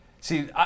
see